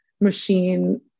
machine